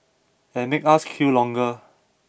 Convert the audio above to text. and make us queue longer